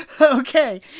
Okay